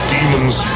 Demons